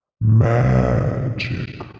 Magic